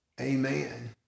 Amen